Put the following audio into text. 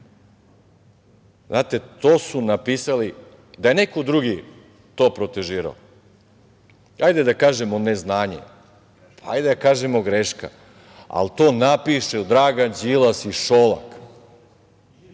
Srbiji. Znate, to su napisali. Da je neko drugi to protežirao, ajde da kažemo neznanje, da kažemo greška, ali to napišu Dragan Đilas i Šolak.